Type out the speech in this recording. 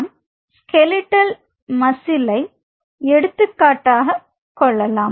நான் skeletal muscle எடுத்துக்காட்டாக கொள்ளலாம்